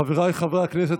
חבריי חברי הכנסת,